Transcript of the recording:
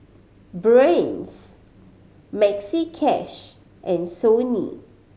Brand's Maxi Cash and Sony